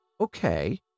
Okay